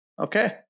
Okay